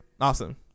Awesome